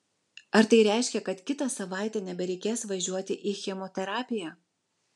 ar tai reiškia kad kitą savaitę nebereikės važiuoti į chemoterapiją